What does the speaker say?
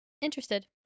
interested